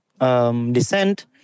descent